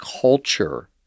culture